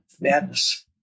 madness